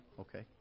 Okay